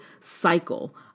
cycle